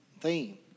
theme